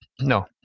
no